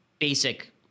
basic